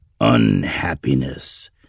UNHAPPINESS